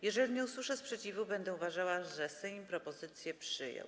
Jeżeli nie usłyszę sprzeciwu, będę uważała, że Sejm propozycję przyjął.